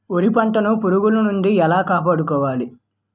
వరి పంటను పురుగుల నుండి ఎలా కాపాడుకోవాలి?